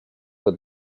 but